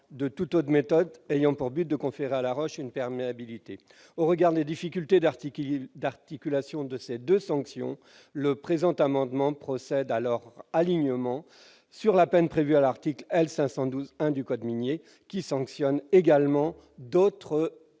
de toute autre méthode ayant pour but de conférer à la roche une perméabilité. Au regard des difficultés d'articulation de ces deux sanctions, le présent amendement procède à leur alignement sur la peine prévue à l'article L. 512-1 du code minier, qui sanctionne également d'autres